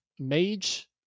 Mage